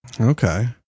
Okay